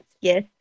yes